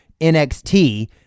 NXT